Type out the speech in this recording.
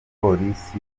polisi